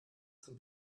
zum